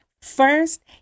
First